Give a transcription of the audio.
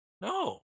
no